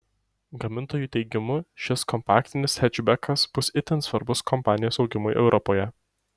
gamintojų teigimu šis kompaktinis hečbekas bus itin svarbus kompanijos augimui europoje